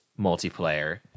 multiplayer